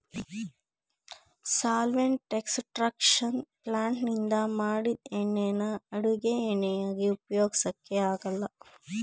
solvent extraction ಪ್ಲಾಂಟ್ನಿಂದ ಮಾಡಿದ್ ಎಣ್ಣೆನ ಅಡುಗೆ ಎಣ್ಣೆಯಾಗಿ ಉಪಯೋಗ್ಸಕೆ ಆಗಲ್ಲ